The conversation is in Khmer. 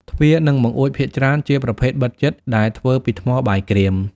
ទ្វារ និងបង្អួចភាគច្រើនជាប្រភេទបិទជិត ដែលធ្វើពីថ្មបាយក្រៀម។